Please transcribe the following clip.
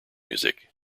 music